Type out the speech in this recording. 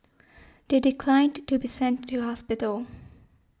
they declined to be sent to hospital